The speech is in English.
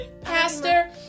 Pastor